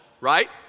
right